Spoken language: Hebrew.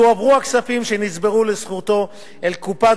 יועברו הכספים שנצברו לזכותו אל קופת